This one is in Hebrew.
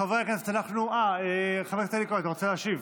חבר הכנסת אלי כהן, אתה רוצה להשיב?